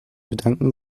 bedankte